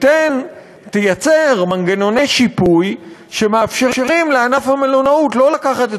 ותייצר מנגנוני שיפוי שמאפשרים לענף המלונאות לא לקחת את